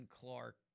Clark